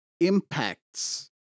impacts